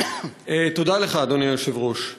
תודה לך, אדוני היושב-ראש.